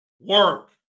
work